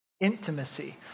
Intimacy